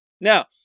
Now